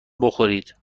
بخورید